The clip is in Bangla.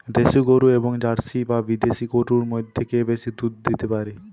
দেশী গরু এবং জার্সি বা বিদেশি গরু মধ্যে কে বেশি দুধ দিতে পারে?